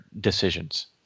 decisions